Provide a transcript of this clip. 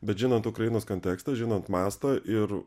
bet žinant ukrainos kontekstą žinant mastą ir